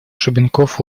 шубенков